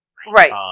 Right